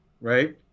Right